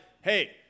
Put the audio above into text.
hey